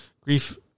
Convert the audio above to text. grief